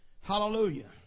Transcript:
Hallelujah